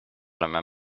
oleme